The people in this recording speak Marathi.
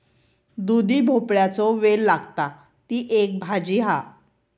दुधी भोपळ्याचो वेल लागता, ती एक भाजी हा